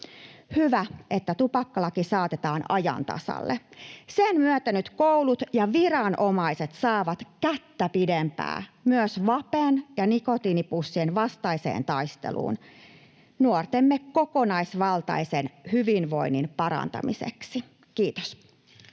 Hyvä, että tupakkalaki saatetaan ajan tasalle. Sen myötä koulut ja viranomaiset saavat nyt kättä pidempää myös vapen ja nikotiinipussien vastaiseen taisteluun nuortemme kokonaisvaltaisen hyvinvoinnin parantamiseksi. — Kiitos.